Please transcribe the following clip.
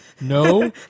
No